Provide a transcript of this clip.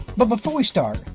but before we start,